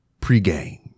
pregame